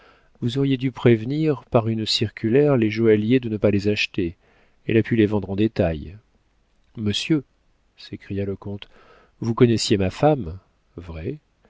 vous auriez dû prévenir par une circulaire les joailliers de ne pas les acheter elle a pu les vendre en détail monsieur s'écria le comte vous connaissiez ma femme vrai